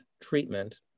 treatment